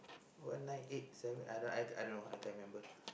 one nine eight seven I I don't know I can't remember